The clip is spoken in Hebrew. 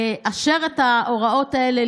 לאשר את ההוראות האלה,